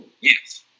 Yes